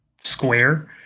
square